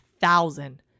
thousand